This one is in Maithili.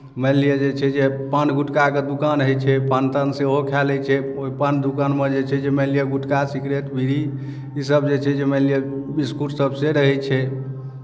मानि लिअ जे छै जे पान गुटकाके दोकान होइ छै पान तान सेहो खाए लै छै ओहि पान दोकानमे जे छै मानि लिअ गुटका सिगरेट बीड़ी ईसभ जे छै जे मानि लिअ बिस्कुटसभ से रहै छै